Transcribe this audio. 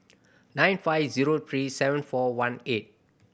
nine five zero three seven four one eight